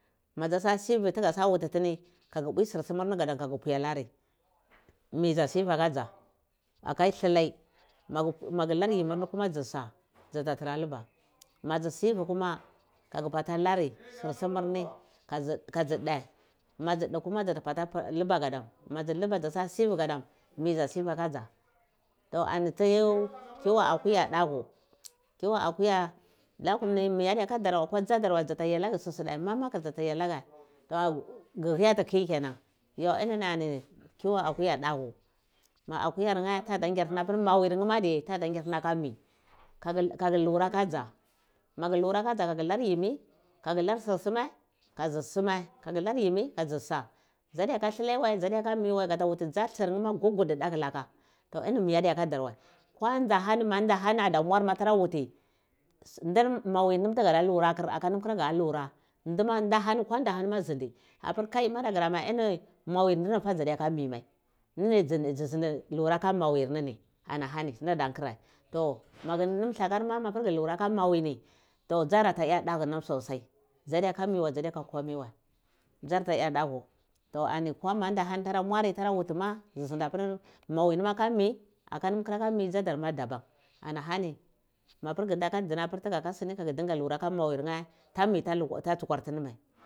Madzi ta sivi ndi gapir tuga wutitini ghu pwi sir sumir ni ndi go pir via lari mi dza sivi aka dza aka dliloi magu lar yimirni kuma dzisa dzata tare buba madzu sivi kuma kaga bata lari sir sumir ni ka dzi dhe ma dzi dhe kuma gatabata lari luba godom ma dzi luba madzato sivi gadam mi dzu sivi ka dza toh ani pir akwuya dafiu tu akaya ni mi adiyakadar akwo dzadar wai aza ta yai su sudai mamakur dza ta lai aloghe ghu viyati khi kenan yo inini ani tu akuya dakui ma atuyar nheh tada ngyeh mapir mawir nyeh ma diye toda nyer tini akomi kaga lura kadza magur luna kadza ka ga lari yimi kagdor sur sumai ka dzi suma ka gilar yimi ka dzi sa dzadiyaka dlilai wo dza di yoka mi war gata wuti dzar surnima kagadi daku laka to ini mi adi ya kodar wai kwanda humanda mwar hani mand tora wuti mawi nam tiga lura kir aka nam kura ga lura kir ndihani kwonda hondi ma nji ndi apir kai madaguramae ini mawir ndniyah dzadiyaha mimai ndini dzini dzi zindi lura ko mawirnini ana honi nnada nkira to magir lahur mo mapir ghu lura khar mawir nha ni to ndar atoyo daku nam sosai dzadiy kami wai dzadiyo ko komai wai dzoraa ya daku to ko mandu hani tara mwari tara wuti ma dzi zindi apir mawinima aka mi kuro ka mi ma dzadar ma daban ana hani mapir ghu nda ka dinna ma smi ma kaga dinga lura ka mawir nheh ta to mi ta luka dzari